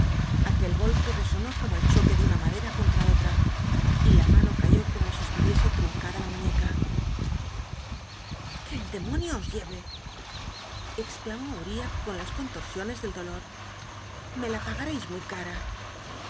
aquel golpe resonó como el a olra y la mano choque de una madera contra otra y la mano cayó co mo si estuviese li'uncada la muñeca que el demonio os jle l exclamú uriah con las contorsiones del dolor me la pagareis muy cara